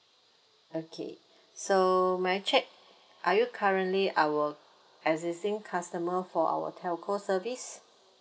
okay so may I check are you currently our existing customer for our telco service